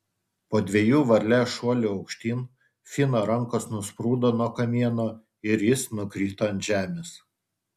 po dviejų varlės šuolių aukštyn fino rankos nusprūdo nuo kamieno ir jis nukrito ant žemės